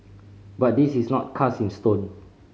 but this is not cast in stone